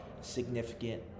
significant